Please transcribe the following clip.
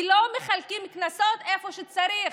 כי לא מחלקים קנסות איפה שצריך,